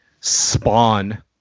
Spawn